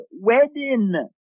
wedding